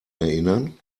erinnern